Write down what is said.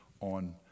on